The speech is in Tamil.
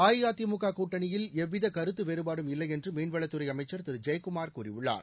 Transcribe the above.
அஇஅதிமுக கூட்டணியில் எவ்வித கருத்து வேறுபாடும் இல்லை என்று மீன்வளத் துறை அமைச்சர் திரு ஜெயக்குமார் கூறியுள்ளார்